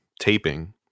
taping